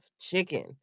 chicken